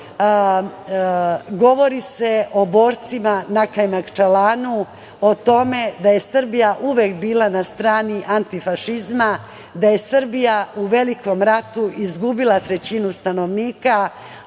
vlast govori se o borcima na Kajmakčalanu, o tome da je Srbija uvek bila na strani antifašizma, da je Srbija u velikom ratu izgubila trećinu stanovnika,